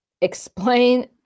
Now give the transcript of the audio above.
explain